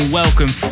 Welcome